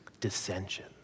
Dissension